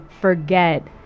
forget